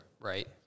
Right